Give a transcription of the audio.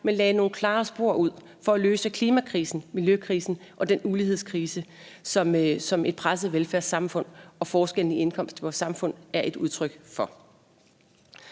men lagde nogle klare spor ud for at løse klimakrisen, miljøkrisen og den ulighedskrise, som et presset velfærdssamfund og forskellen i indkomst i samfundet er et udtryk for.